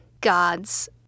gods